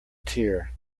tear